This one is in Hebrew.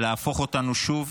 להפוך אותנו שוב